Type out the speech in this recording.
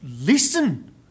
listen